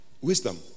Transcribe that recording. wisdom